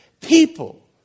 people